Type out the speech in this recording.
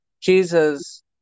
jesus